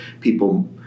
people